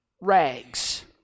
rags